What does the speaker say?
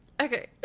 Okay